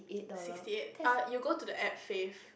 sixty eight err you go to the app fave